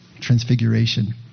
transfiguration